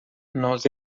nós